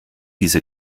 diese